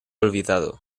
olvidado